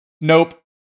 nope